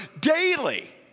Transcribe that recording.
daily